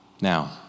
now